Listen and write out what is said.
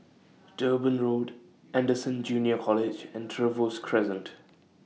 Durban Road Anderson Junior College and Trevose Crescent